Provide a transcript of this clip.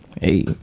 hey